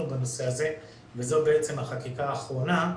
בנושא הזה וזאת בעצם החקיקה האחרונה.